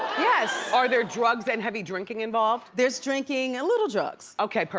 yes. are there drugs and heavy drinking involved? there's drinking, a little drugs. okay,